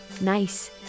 Nice